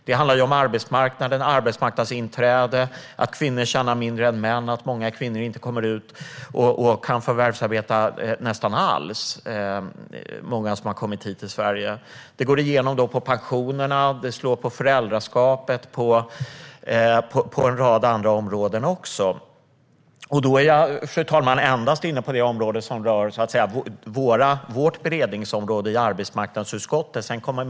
Det handlar om arbetsmarknaden och inträde på den, att kvinnor tjänar mindre än män och att många kvinnor som har kommit hit till Sverige inte kommer ut och kan förvärvsarbeta nästan alls. Det går igen i pensionerna, och det slår på föräldraskapet samt på en rad andra områden också. Och då är jag endast inne på områden som så att säga berör vårt beredningsområde i arbetsmarknadsutskottet, fru talman.